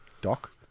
Doc